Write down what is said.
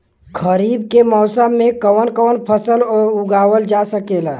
खरीफ के मौसम मे कवन कवन फसल उगावल जा सकेला?